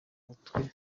mutwe